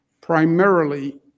primarily